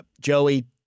Joey